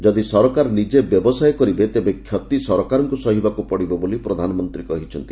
ଯଦି ସରକାର ନିଜେ ବ୍ୟବସାୟ କରିବେ ତେବେ କ୍ଷତି ସରକାରଙ୍କୁ ସହିବାକୁ ପଡ଼ିବ ବୋଲି ପ୍ରଧାନମନ୍ତ୍ରୀ କହିଛନ୍ତି